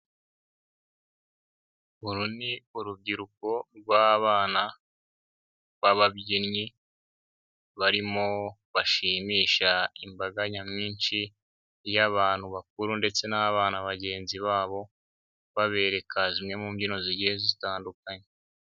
Uru ni urubyiruko rw'abana b'ababyinnyi, barimo bashimisha imbaga nyamwinshi, iy'abantu bakuru ndetse n'abana bagenzi babo babereka zimwe mu mbyino zigiye zitandukanye.